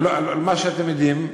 על מה שאתם יודעים,